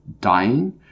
dying